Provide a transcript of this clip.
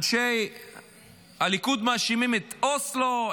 אנשי הליכוד מאשימים את אוסלו,